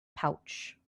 pouch